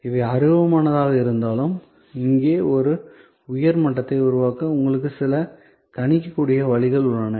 அவை அருவமானவையாக இருந்தாலும் இங்கே ஒரு உயர் மட்டத்தை உருவாக்க உங்களுக்கு சில கணிக்கக்கூடிய வழிகள் உள்ளன